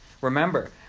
Remember